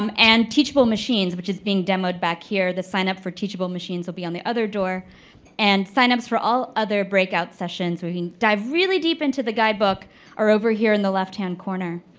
um and teachable machines, which is being demoed back here of the sign-up for teachable machines will be on the other door and signups for all other breakout sessions where you can dive really deep into the guidebook are over here in the left-hand corner.